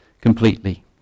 completely